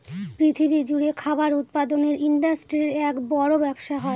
পৃথিবী জুড়ে খাবার উৎপাদনের ইন্ডাস্ট্রির এক বড় ব্যবসা হয়